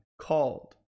called